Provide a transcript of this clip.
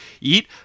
eat